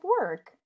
work